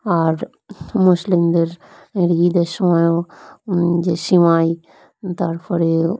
আর মুসলিমদের এর ঈদের সময়ও যে সিমাই তারপরে